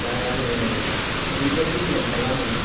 दा जोङो ओरैबायदि नेम खालामो